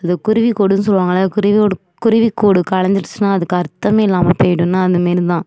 அது குருவிக்கூடுனு சொல்லுவாங்கள்ல குருவியோட குருவிக்கூடு கலைஞ்சுருச்சுனா அதுக்கு அர்த்தமே இல்லாமல் போயிடுன்னு அந்த மேரி தான்